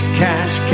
cash